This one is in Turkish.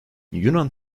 yunan